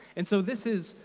and so this is,